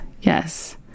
Yes